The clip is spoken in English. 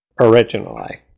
originally